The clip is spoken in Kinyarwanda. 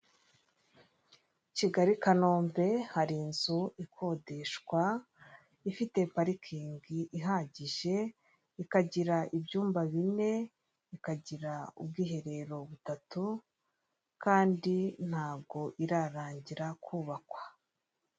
Kigali, Kanombe, hari inzu ikodeshwa, ifite parikingi ihagije, ikagira ibyumba bine, ikagira ubwiherero butatu kandi ntabwo irarangira kubakwa.